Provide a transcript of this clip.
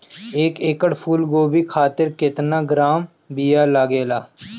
एक एकड़ फूल गोभी खातिर केतना ग्राम बीया लागेला?